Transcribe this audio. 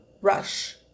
rush